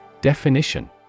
Definition